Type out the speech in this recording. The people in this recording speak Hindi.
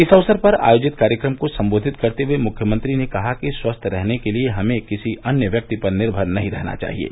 इस अवसर पर आयोजित कार्यक्रम को सम्बोधित करते हये मुख्यमंत्री ने कहा कि स्वस्थ रहने के लिये हमें किसी अन्य व्यक्ति पर निर्मर नही रहना चाहिये